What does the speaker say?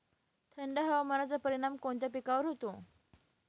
थंड हवामानाचा परिणाम कोणत्या पिकावर होतो?